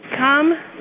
Come